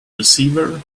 receiver